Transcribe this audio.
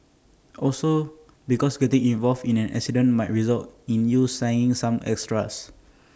also because getting involved in an incident might result in you signing some extras